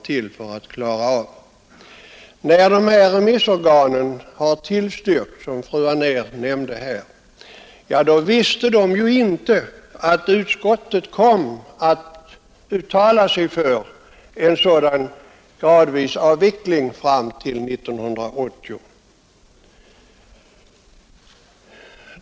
När remissinstanserna i sina yttranden har tillstyrkt, som fru Anér nämnde, visste de inte att utskottet skulle uttala sig för en avveckling gradvis fram till 1980.